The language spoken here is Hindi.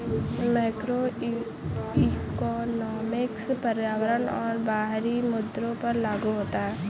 मैक्रोइकॉनॉमिक्स पर्यावरण और बाहरी मुद्दों पर लागू होता है